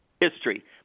history